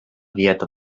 dieta